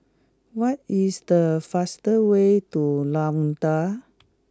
what is the fastest way to Luanda